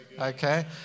Okay